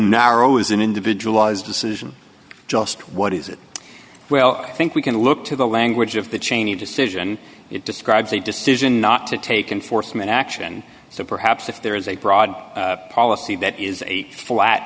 narrow is an individualized decision just what is it well i think we can look to the language of the cheney decision it describes a decision not to take enforcement action so perhaps if there is a broad policy that is a flat